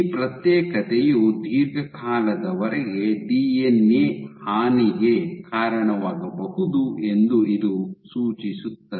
ಈ ಪ್ರತ್ಯೇಕತೆಯು ದೀರ್ಘಕಾಲದವರೆಗೆ ಡಿಎನ್ಎ ಹಾನಿಗೆ ಕಾರಣವಾಗಬಹುದು ಎಂದು ಇದು ಸೂಚಿಸುತ್ತದೆ